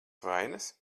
vainas